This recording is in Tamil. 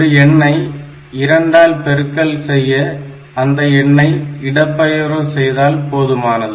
ஒரு எண்ணை 2 ஆல் பெருக்கல் செய்ய அந்த எண்ணை ஒரு இடபெயர்வு செய்தால் போதுமானது